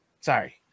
Sorry